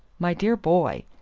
my dear boy,